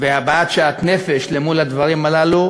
והבעת שאט-נפש מול הדברים הללו